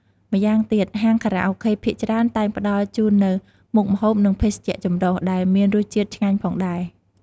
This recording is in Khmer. ម្យ៉ាងទៀត ហាងខារ៉ាអូខេភាគច្រើន តែងផ្តល់ជូននូវ មុខម្ហូប និងភេសជ្ជៈចម្រុះ ដែលមានរសជាតិឆ្ងាញ់ផងដែរ។